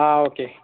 അഹ് okay